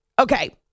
Okay